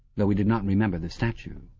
though he did not remember the statue.